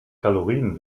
kalorien